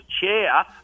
chair